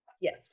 Yes